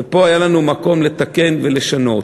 ופה היה לנו מקום לתקן ולשנות.